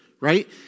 right